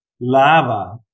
lava